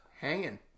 Hanging